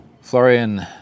Florian